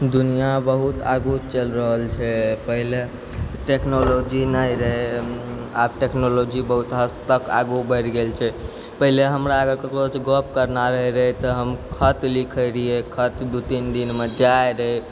दुनिया बहुत आगू चलि रहल छै पहिले टेक्नोलॉजी नहि रहै आब टेक्नोलॉजी बहुत हद तक आगू बढ़ि गेल छै पहिले हमरा आओरके ककरोसँ गप्प करना रहै तऽ हम खत लिखैत रहिए खत दू तीन दिनमे जाइ रहै